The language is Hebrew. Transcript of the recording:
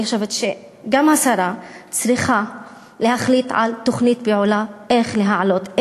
אני חושבת שגם השרה צריכה להחליט על תוכנית פעולה איך להעלות,